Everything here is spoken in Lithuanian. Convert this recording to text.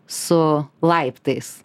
su laiptais